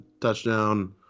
touchdown